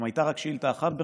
אם הייתה רק שאילתה אחת בחודש,